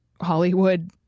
Hollywood